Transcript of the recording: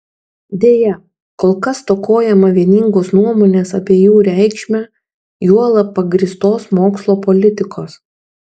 deja kol kas stokojama vieningos nuomonės apie jų reikšmę juolab pagrįstos mokslo politikos